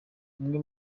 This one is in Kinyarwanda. umwe